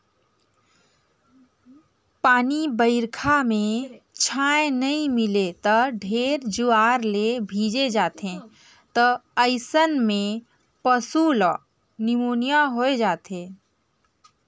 पानी बइरखा में छाँय नइ मिले त ढेरे जुआर ले भीजे जाथें त अइसन में पसु ल निमोनिया होय जाथे